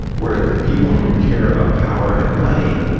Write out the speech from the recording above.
where the people who care about power and money,